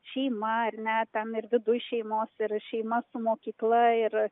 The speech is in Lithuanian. šeima ar ne ten ir viduj šeimos ir šeima su mokykla ir